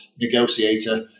negotiator